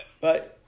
Bye